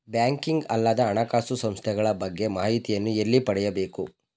Banking ಅಲ್ಲದ ಹಣಕಾಸು ಸಂಸ್ಥೆಗಳ ಬಗ್ಗೆ ಮಾಹಿತಿಯನ್ನು ಎಲ್ಲಿ ಪಡೆಯಬೇಕು?